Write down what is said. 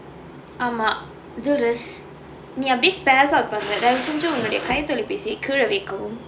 ஆமா:aamaa dilrus நீ அப்படியே:appadiyae out பண்ணுரே தயவு செய்து உன்னுடைய கைத்தொலைபேசியே கீழை வைக்கவும்:pannurae thayavu seithu unnudaiya kaitolaipaesiyae keelai vaikkavum